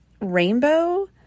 rainbow